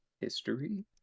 History